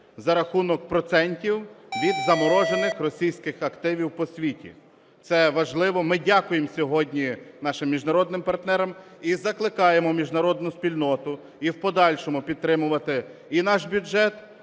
за рахунок процентів від заморожених російських активів по світу. Це важливо. Ми дякуємо сьогодні нашим міжнародним партнерам і закликаємо міжнародну спільноту і в подальшому підтримувати і наш бюджет,